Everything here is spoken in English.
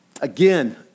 again